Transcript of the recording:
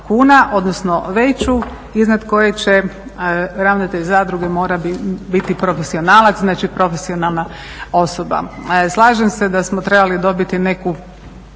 kuna, odnosno veću iznad koje ravnatelj zadruge mora biti profesionalac, znači profesionalna osoba. Slažem se da smo trebali dobiti neku